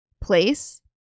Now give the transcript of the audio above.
place